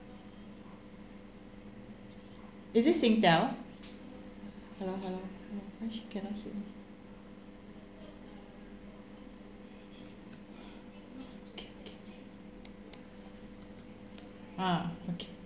is it Singtel hello hello uh why she cannot hear me ah okay